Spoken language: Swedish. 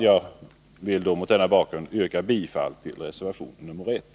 Jag vill mot denna bakgrund yrka bifall till reservation 1.